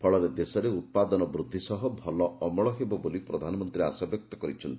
ଫଳରେ ଦେଶରେ ଉପାଦନ ବୃଦ୍ଧି ସହ ଭଲ ଅମଳ ହେବ ବୋଲି ପ୍ରଧାନମନ୍ତୀ ଆଶା ବ୍ୟକ୍ତ କରିଛନ୍ତି